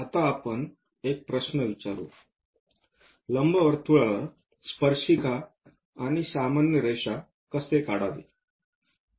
आता आपण एक प्रश्न विचारू लंबवर्तुळाला स्पर्शिका आणि सामान्य रेषा कसे काढावे